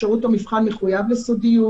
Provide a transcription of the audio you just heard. שירות המבחן מחויב לסודיות.